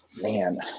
Man